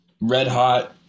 red-hot